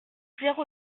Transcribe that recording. zéro